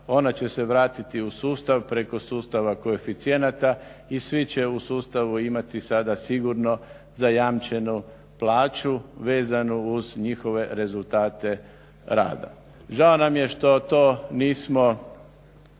Ona će se vratiti u sustav preko sustava koeficijenata i svi će u sustavu imati sada sigurno zajamčenu plaću vezanu uz njihove rezultate rada. Žao nam je što to nismo